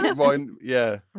and boy. yeah.